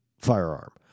firearm